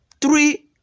three